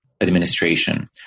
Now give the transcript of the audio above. administration